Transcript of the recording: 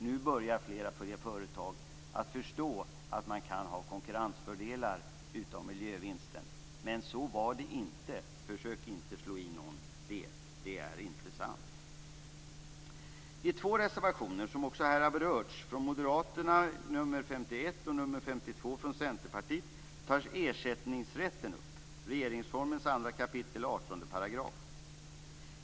Nu börjar fler företag förstå att man kan ha konkurrensfördelar av miljövinsten. Men så var det inte tidigare. Försök inte slå i någon det, för det är inte sant. I två reservationer, som också här har berörts, nr 51 från Moderaterna och nr 52 från Centerpartiet, tas ersättningsrätten upp, dvs. regeringsformen 2 kap. 18 §.